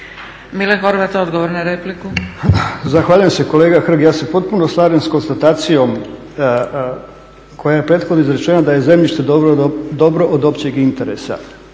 **Horvat, Mile (SDSS)** Zahvaljujem se. Kolega Hrg, ja se potpuno slažem sa konstatacijom koja je prethodno izrečena da je zemljište dobro od općeg interesa